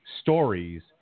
stories